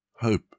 hope